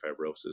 fibrosis